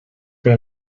per